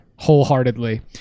wholeheartedly